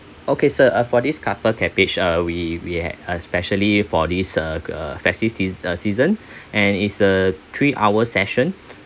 okay sir err for this couple package uh we we have uh especially for this uh uh festive season and it's a three hour session